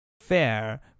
Fair